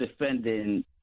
defending